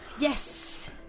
Yes